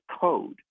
code